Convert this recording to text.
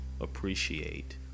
appreciate